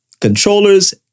controllers